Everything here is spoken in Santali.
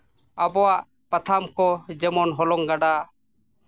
ᱟᱵᱚᱣᱟᱜ ᱯᱟᱛᱷᱟᱢ ᱠᱚ ᱡᱮᱢᱚᱱ ᱦᱚᱞᱚᱝ ᱜᱟᱰᱟ